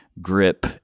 grip